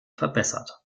verbessert